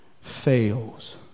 fails